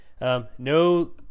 No –